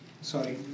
Sorry